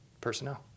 personnel